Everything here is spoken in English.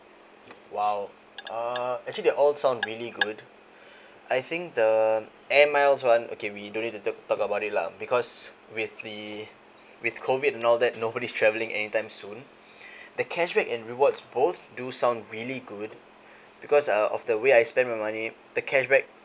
!wow! uh actually they all sound really good I think the air miles one okay we don't need to talk about it lah because with the with COVID and all that nobody's travelling anytime soon the cashback and rewards both do sound really good because uh of the way I spend my money the cashback sounds